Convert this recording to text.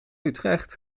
utrecht